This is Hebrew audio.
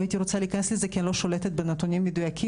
לא הייתי רוצה להיכנס לזה כי אני לא שולטת בנתונים מדויקים.